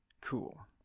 cool